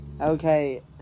Okay